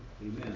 Amen